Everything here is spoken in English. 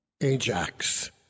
ajax